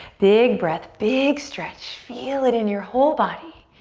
big breath, big stretch, feel it in your whole body.